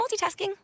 multitasking